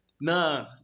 Nah